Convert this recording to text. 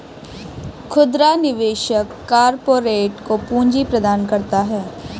खुदरा निवेशक कारपोरेट को पूंजी प्रदान करता है